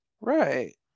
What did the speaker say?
Right